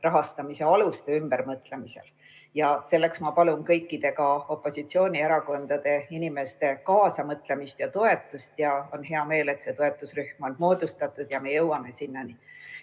rahastamise aluste ümbermõtestamisel. Selleks ma palun kõikide, ka opositsioonierakondade inimeste kaasamõtlemist ja toetust. On hea meel, et see toetusrühm on moodustatud ja me sinnani